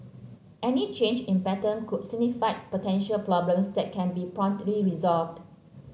any change in pattern could signify potential problems that can be promptly resolved